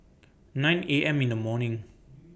nine A M in The morning